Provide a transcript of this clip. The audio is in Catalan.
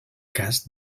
cas